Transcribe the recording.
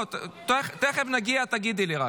תכף נגיד, רק תגידי לי.